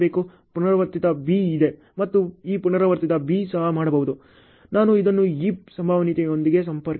ಪುನರಾವರ್ತಿತ B ಇದೆ ಮತ್ತು ಈ ಪುನರಾವರ್ತಿತ B ಸಹ ಮಾಡಬಹುದು ನಾನು ಇದನ್ನು ಈ ಸಂಭವನೀಯತೆಯೊಂದಿಗೆ ಸಂಪರ್ಕಿಸಬೇಕು